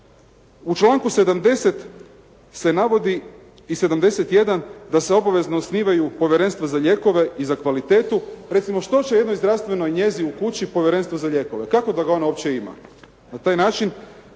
U članku 70. se navodi i 71. da se obavezno osnivaju povjerenstva za lijekove i za kvalitetu. Recimo što će jednoj zdravstvenoj njezi u kući povjerenstvo za lijekove. Kako da ga ona uopće ima? Na taj način,